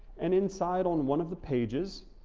and inside on one of the pages,